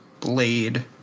Blade